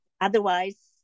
otherwise